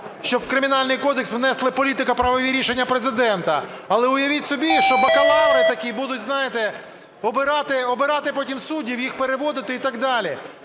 щоб у Кримінальний кодекс внесли політико-правові рішення Президента. Але уявіть собі, що бакалаври такі будуть, знаєте, обирати потім суддів, їх переводити і так далі.